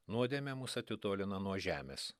nuodėmė mus atitolina nuo žemės